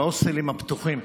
בהוסטלים הפתוחים: